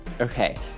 Okay